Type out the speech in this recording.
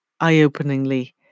eye-openingly